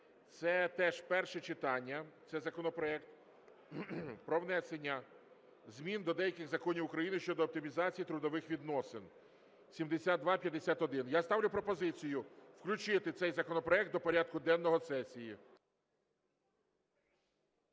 це теж перше читання. Це законопроект про внесення змін до деяких законів України щодо оптимізації трудових відносин (7251). Я ставлю пропозицію включити цей законопроект до порядку денного сесії.